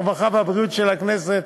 הרווחה והבריאות של הכנסת,